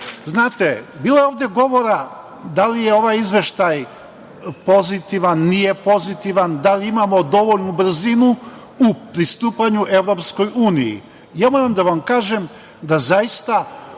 ranije. Znate, bilo je ovde govora da li je ovaj izveštaj pozitivan, nije pozitivan, da li imamo dovoljnu brzinu u pristupanju EU. Ja moram da vam kažem da zaista